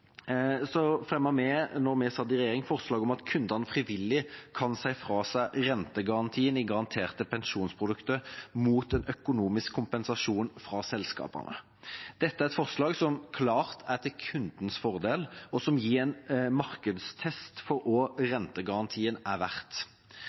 vi, da vi satt i regjering, forslag om at kundene frivillig kan si fra seg rentegarantien i garanterte pensjonsprodukter mot en økonomisk kompensasjon fra selskapene. Det er et forslag som klart er til kundens fordel, og som gir en markedstest for hva